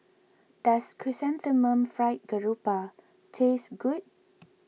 does Chrysanthemum Fried Grouper tastes good